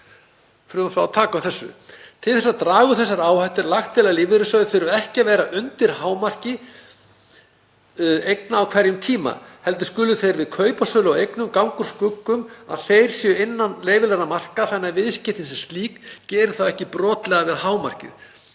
„Til þess að draga úr þessari áhættu er lagt til að lífeyrissjóðir þurfi ekki að vera undir hámarki erlendra eigna á hverjum tíma heldur skuli þeir við kaup og sölu á eignum ganga úr skugga um að þeir séu innan leyfilegra marka þannig að viðskiptin sem slík geri þá ekki brotlega við hámarkið.“